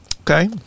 okay